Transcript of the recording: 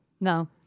No